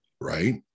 right